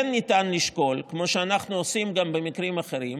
כן ניתן לשקול, כמו שאנחנו עושים גם במקרים אחרים,